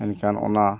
ᱮᱱᱠᱷᱟᱱ ᱚᱱᱟ